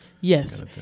Yes